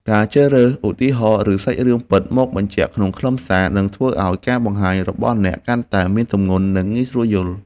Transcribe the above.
ការជ្រើសរើសឧទាហរណ៍ ឬសាច់រឿងពិតមកបញ្ជាក់ក្នុងខ្លឹមសារ នឹងធ្វើឱ្យការបង្ហាញរបស់អ្នកកាន់តែមានទម្ងន់ និងងាយស្រួលយល់។